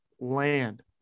land